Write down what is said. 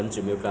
一样班